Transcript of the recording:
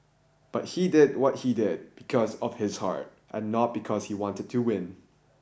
but he did what he did because of his heart and not because he wanted to win